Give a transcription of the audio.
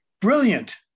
brilliant